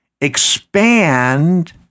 expand